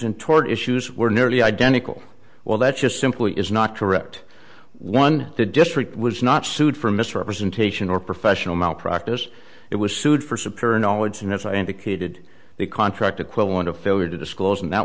and toward issues were nearly identical well that just simply is not correct one the district was not sued for misrepresentation or professional malpractise it was sued for superior knowledge and as i indicated the contract equivalent of failure to disclose and that